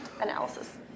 analysis